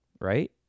right